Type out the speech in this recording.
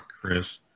Chris